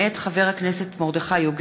מאת חברי הכנסת חנין זועבי,